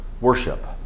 worship